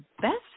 best